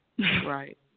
Right